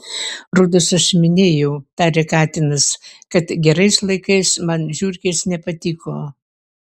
rodos aš minėjau tarė katinas kad gerais laikais man žiurkės nepatiko